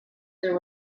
there